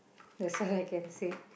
that's all I can say